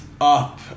Up